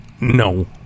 no